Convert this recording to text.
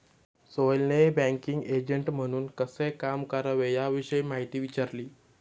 सोहेलने banking agent म्हणून कसे काम करावे याविषयी माहिती विचारली